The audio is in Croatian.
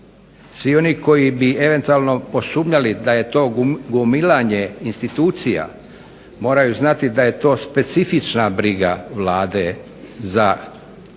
Svi oni koji bi eventualno posumnjali da je to gomilanje institucija moraju znati da je to specifična briga Vlade za Hrvate